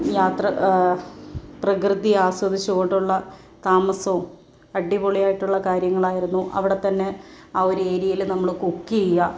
യാത്ര പ്രകൃതി ആസ്വദിച്ചു കൊണ്ടുള്ള താമസവും അടിപൊളി ആയിട്ടുള്ള കാര്യങ്ങളായിരുന്നു അവിടെത്തന്നെ ആ ഒരു ഏരിയയിൽ നമ്മൾ കുക്ക് ചെയ്യുക